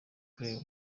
crew